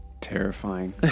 terrifying